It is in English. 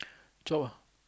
chop ah